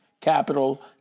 capital